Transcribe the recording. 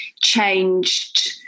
changed